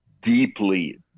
deeply